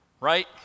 right